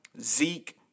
Zeke